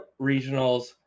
Regionals